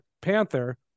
panther